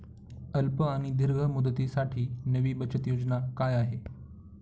अल्प आणि दीर्घ मुदतीसाठी नवी बचत योजना काय आहे?